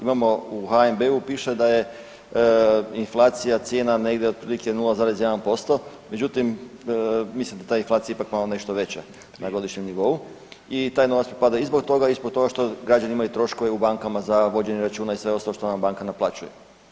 Imamo u HNB-u piše da je inflacija cijena negdje otprilike 0,1% međutim mislim da je ta inflacija ipak malo nešto veća na godišnjem nivou i taj novac propada i zbog toga, i zbog toga što građani imaju troškove u bankama za vođenje računa i sve ostalo što nam banka naplaćuje.